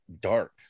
dark